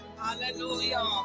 Hallelujah